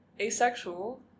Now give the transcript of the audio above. asexual